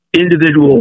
individual